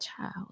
child